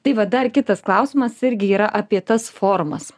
tai vat dar kitas klausimas irgi yra apie tas formas